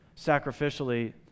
sacrificially